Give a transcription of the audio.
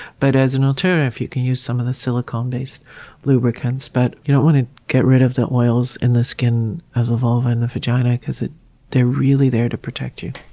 but as an alternative, you can use some of the silicone-based lubricants, but you don't want to get rid of the oils in the skin of the vulva and the vagina, because they're really there to protect you.